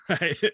Right